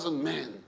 men